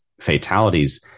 fatalities